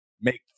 make